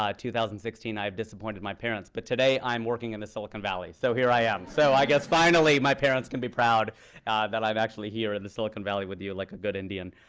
ah two thousand and sixteen, i have disappointed my parents. but today, i'm working in the silicon valley. so here i am. so i guess, finally, my parents can be proud that i'm actually here in the silicon valley with you like a good indian.